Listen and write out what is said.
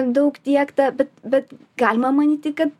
daug tiekta bet bet galima manyti kad